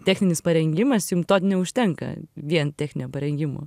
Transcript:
techninis parengimas jum to neužtenka vien techninio parengimo